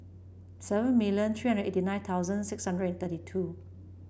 seven million three hundred and eighty nine thousand six hundred and thirty two